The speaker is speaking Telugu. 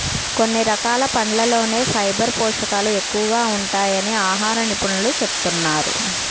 కొన్ని రకాల పండ్లల్లోనే ఫైబర్ పోషకాలు ఎక్కువగా ఉంటాయని ఆహార నిపుణులు చెబుతున్నారు